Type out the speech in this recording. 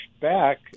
back